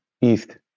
East